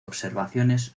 observaciones